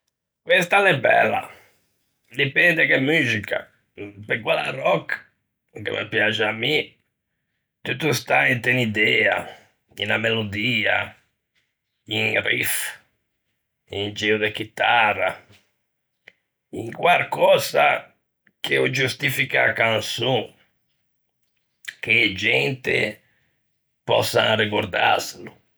Questa a l'é bella. Dipende che muxica; pe quella rock, che me piaxe à mi, tutto sta int'unn'idea, unna melodia, un riff, un gio de chitara, un quarcösa che o giustifiche a canson, che e gente pòssan regordâselo.